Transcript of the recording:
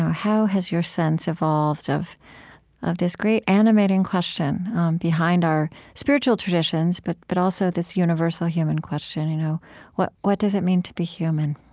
how has your sense evolved of of this great animating question behind our spiritual traditions but but also this universal human question you know what what does it mean to be human?